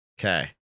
Okay